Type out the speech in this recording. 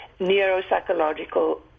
neuropsychological